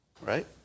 Right